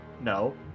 no